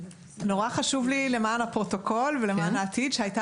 נורא חשוב לי למען הפרוטוקול ולמען העתיד לומר שהייתה